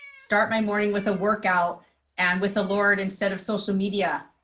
start my morning with a workout and with the lord instead of social media,